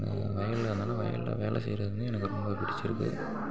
வயலில் அதனால் வயலில் வேலை செய்கிறது வந்து எனக்கு ரொம்ப பிடிச்சிருக்கு